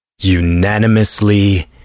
unanimously